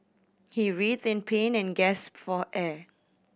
he writhed in pain and gasped for air